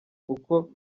kuko